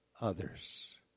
others